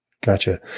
Gotcha